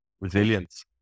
resilience